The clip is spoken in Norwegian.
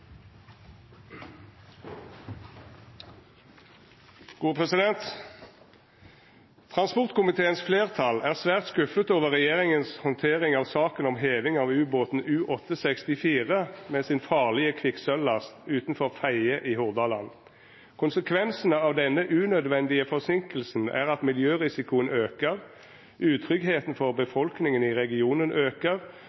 Transportkomiteens flertall «er svært skuffet over regjeringens håndtering av saken om heving av ubåten U-864, med sin livsfarlige kvikksølvlast, utenfor Fedje i Hordaland.» Vidare: «Konsekvensene av denne unødvendige forsinkelsen er at miljørisikoen øker, utryggheten for befolkningen i regionen øker,